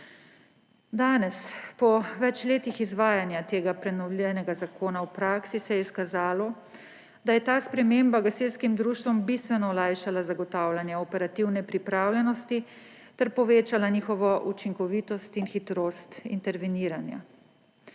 Danes, po več letih izvajanja tega prenovljenega zakona v praksi se je izkazalo, da je ta sprememba gasilskim društvom bistveno olajšala zagotavljanje operativne pripravljenosti ter povečala njihovo učinkovitost in hitrost interveniranja.